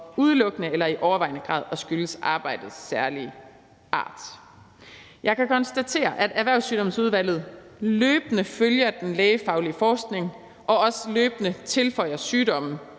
udelukkende eller i overvejende grad at skyldes arbejdets særlige art. Jeg kan konstatere, at Erhvervssygdomsudvalget løbende følger den lægefaglige forskning og også løbende tilføjer sygdomme